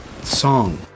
song